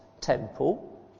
temple